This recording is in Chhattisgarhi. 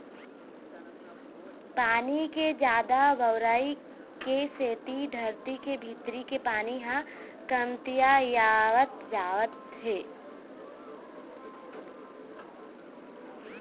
पानी के जादा बउरई के सेती धरती के भीतरी के पानी ह कमतियावत जावत हे